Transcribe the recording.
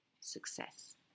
success